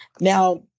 Now